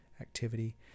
activity